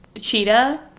cheetah